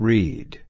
Read